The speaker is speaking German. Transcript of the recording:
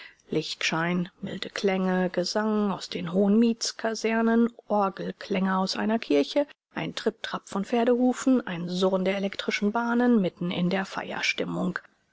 lichtschein milde klänge gesang aus den hohen mietskasernen orgelklänge aus einer kirche ein tripptrapp von pferdehufen ein surren der elektrischen bahnen mitten in der feierstimmung